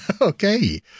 Okay